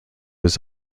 his